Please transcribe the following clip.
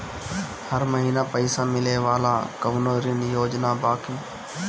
हर महीना पइसा मिले वाला कवनो ऋण योजना बा की?